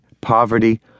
poverty